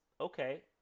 Okay